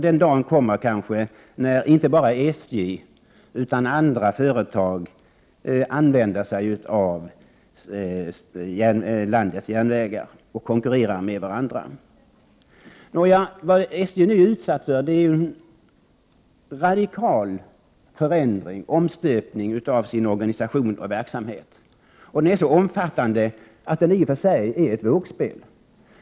Den dagen kanske kommer då inte bara SJ utan även andra företag använder sig av landets järnvägar och konkurrerar med varandra. SJ är nu utsatt för en radikal förändring, en omstöpning av organisationen och verksamheten. Den är så omfattande att det i och för sig är ett vågspel.